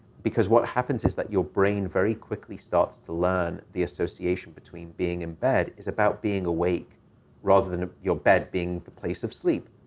because what happens is that your brain very quickly starts to learn the association between being in bed is about being awake rather than your bed being the place of sleep.